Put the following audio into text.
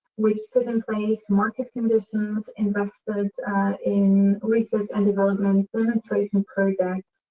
which put in place market conditions, investment in research and development demonstrating progress